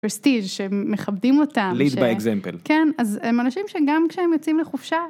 פרסטיג' שהם מכבדים אותם, live by example, כן, אז אנשים שגם כשהם יוצאים לחופשה.